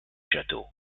château